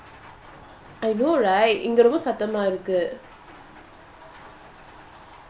I know right இங்கரொம்பசத்தமாஇருக்கு:inga romba sathama iruku